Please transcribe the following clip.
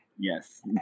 Yes